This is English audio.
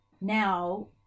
now